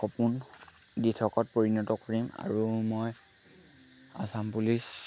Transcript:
সপোন দিঠকত পৰিণত কৰিম আৰু মই আচাম পুলিচ